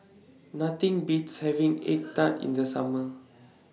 Nothing Beats having Egg Tart in The Summer